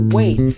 wait